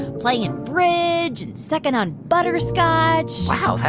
playing bridge, and sucking on butterscotch wow.